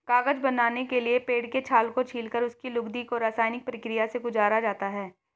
कागज बनाने के लिए पेड़ के छाल को छीलकर उसकी लुगदी को रसायनिक प्रक्रिया से गुजारा जाता है